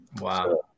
Wow